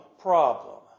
problem